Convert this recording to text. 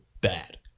bad